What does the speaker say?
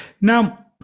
now